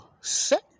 set